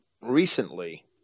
recently